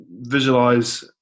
Visualize